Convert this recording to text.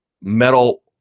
metal